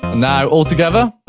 now altogether.